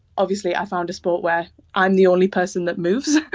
obviously, i found a sport where i'm the only person that moves,